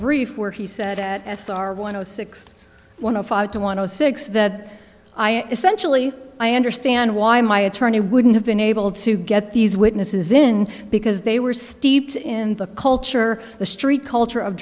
brief where he said that s r one zero six one zero five two one zero six that i essentially i understand why my attorney wouldn't have been able to get these witnesses in because they were steeped in the culture the street culture of